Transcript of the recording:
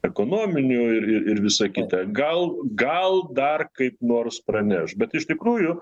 ekonominių ir ir visa kita gal gal dar kaip nors praneš bet iš tikrųjų